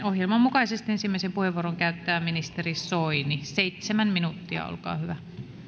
ohjelman mukaisesti ensimmäisen puheenvuoron käyttää ministeri soini seitsemän minuuttia olkaa hyvä